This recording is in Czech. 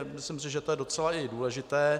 Myslím si, že to je docela i důležité.